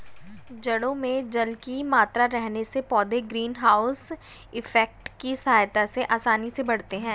जड़ों में जल की मात्रा रहने से पौधे ग्रीन हाउस इफेक्ट की सहायता से आसानी से बढ़ते हैं